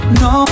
no